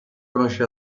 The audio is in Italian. conosce